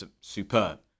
superb